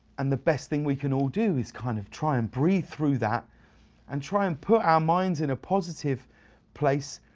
and the best thing we can all do is kind of try and breathe through that and try and put our minds in a positive place